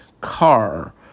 car